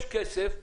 יש כסף,